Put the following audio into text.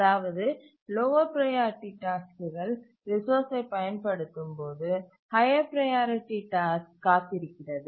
அதாவது lower priority டாஸ்க்குகள் ரிசோர்ஸ்சை பயன்படுத்தும் போது ஹய்யர் ப்ரையாரிட்டி டாஸ்க் காத்திருக்கிறது